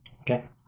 Okay